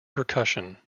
percussion